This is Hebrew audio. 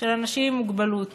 של אנשים עם מוגבלות.